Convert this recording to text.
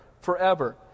forever